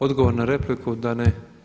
Odgovor na repliku da ne?